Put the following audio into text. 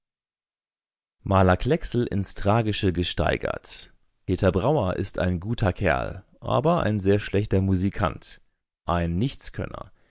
maler klecksel ins tragische gesteigert peter brauer ist ein guter kerl aber ein sehr schlechter musikant ein